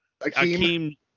Akeem